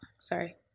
Sorry